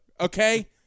okay